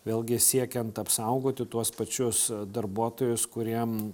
vėlgi siekiant apsaugoti tuos pačius darbuotojus kuriem